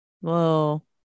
Whoa